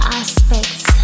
aspects